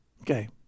Okay